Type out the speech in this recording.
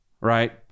Right